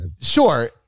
sure